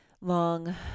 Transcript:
long